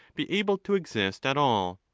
be able to exist at all?